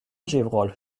gévrol